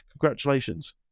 congratulations